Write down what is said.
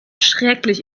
schrecklich